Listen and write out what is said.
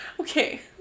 Okay